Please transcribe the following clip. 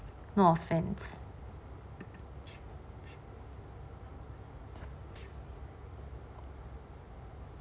no offence